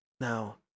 Now